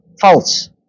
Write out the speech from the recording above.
false